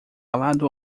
lado